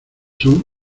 son